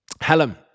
Helen